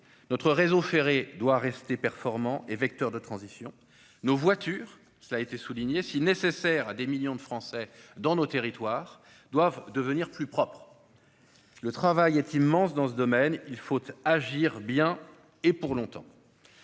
Notre réseau ferré doit rester performant et vecteur de transition. Nos voitures, si nécessaires à des millions de Français dans nos territoires, doivent devenir plus propres. Le travail dans ce domaine est immense. Il faut agir bien, et pour longtemps.